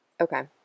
Okay